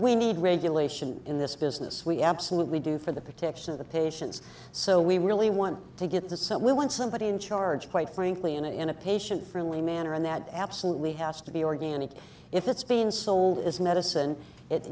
we need regulation in this business we absolutely do for the protection of the patients so we really want to get the set we want somebody in charge quite frankly in a in a patient friendly manner and that absolutely has to be organic if it's been sold as medicine it